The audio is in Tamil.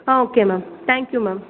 ah okay ma'am thank you ma'am